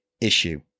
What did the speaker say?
issue